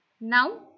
Now